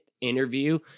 interview